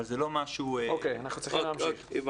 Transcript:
אבל זה לא משהו --- אוקיי, הבנתי.